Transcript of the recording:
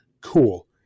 Cool